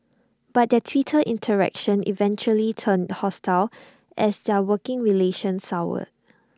but their Twitter interactions eventually turned hostile as their working relation soured